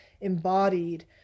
embodied